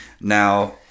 now